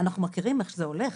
אנחנו מכירים איך שזה הולך.